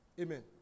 Amen